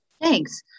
Thanks